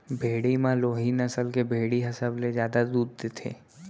भेड़ी म लोही नसल के भेड़ी ह सबले जादा दूद देथे